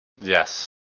yes